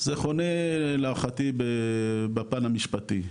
זה חונה, להערכתי בפן המשפטי.